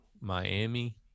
Miami